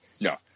no